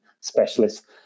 specialists